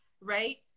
right